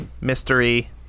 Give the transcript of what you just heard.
mystery